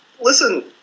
listen